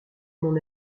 mon